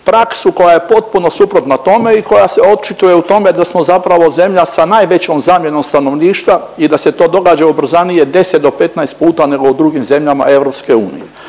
praksu koja je potpuno suprotna tome i koja se očituje u tome da smo zapravo zemlja sa najvećom zamjenom stanovništva i da se to događa ubrzanije 10 do 15 puta nego u drugim zemljama EU.